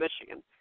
Michigan